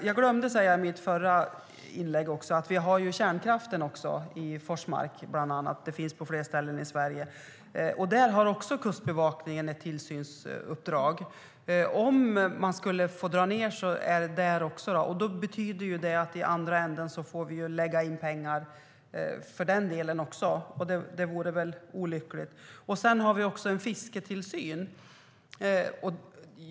Jag glömde att nämna kärnkraften i mitt förra inlägg, bland annat i Forsmark, och det finns kärnkraftverk på fler ställen i Sverige. Där har också Kustbevakningen ett tillsynsuppdrag. Om man drar ned på resurserna betyder det att det i andra änden krävs resurser även för den detta, och det vore olyckligt. Sedan sköter Kustbevakningen också fisketillsynen.